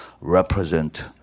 represent